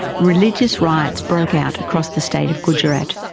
religious riots broke out across the state of gujarat.